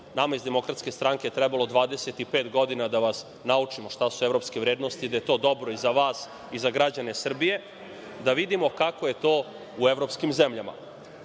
nama iz DS trebalo je 25 godina da vas naučimo šta su evropske vrednosti, da je to dobro i za vas i za građane Srbije, da vidimo kako je to u evropskim zemljama. Evropska